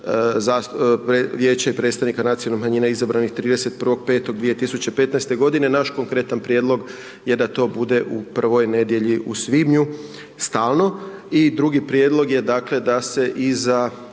Vijeće i predstavnika nacionalnih manjina izabranih 31.05.2015. godine. Naš konkretan prijedlog je da to bude u prvoj nedjelji u svibnju, stalno. I drugi prijedlog je dakle da se iza